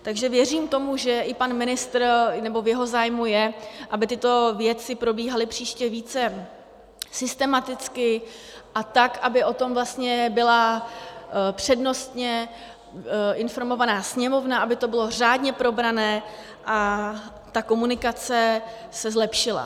Takže věřím tomu, že pan ministr, nebo v jeho zájmu je, aby tyto věci probíhaly příště více systematicky a tak, aby o tom vlastně byla přednostně informovaná Sněmovna, aby to bylo řádně probrané a ta komunikace se zlepšila.